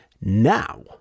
Now